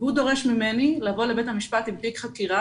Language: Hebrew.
הוא דורש ממני לבוא לבית משפט עם תיק חקירה